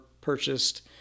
purchased